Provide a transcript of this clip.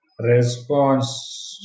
Response